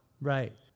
Right